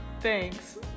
thanks